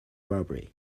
robbery